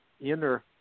inner